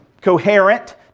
coherent